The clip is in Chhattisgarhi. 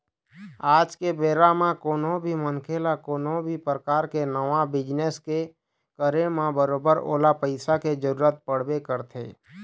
आज के बेरा म कोनो भी मनखे ल कोनो भी परकार के नवा बिजनेस के करे म बरोबर ओला पइसा के जरुरत पड़बे करथे